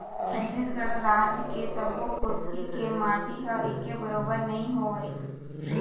छत्तीसगढ़ राज के सब्बो कोती के माटी ह एके बरोबर नइ होवय